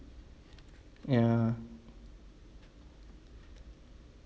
ya